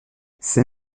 ses